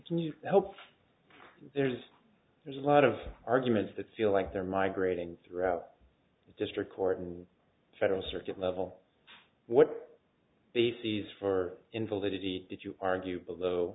can you help there's there's a lot of arguments that feel like they're migrating throughout the district court and federal circuit level what bases for invalidity if you argue below